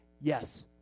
Yes